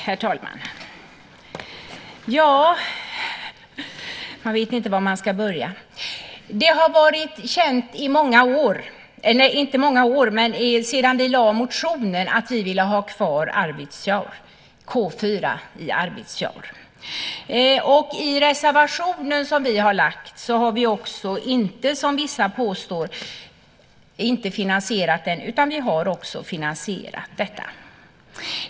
Herr talman! Det har varit känt sedan vi väckte motionen att vi ville ha kvar K 4 i Arvidsjaur. I vår reservation har vi, inte som vissa påstår inte finansierat detta utan vi har också en finansiering.